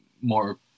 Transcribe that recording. more